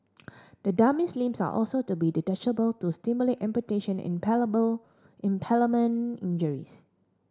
the dummy's limbs are also to be detachable to stimulate amputation and impalement injuries